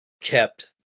kept